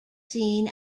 seen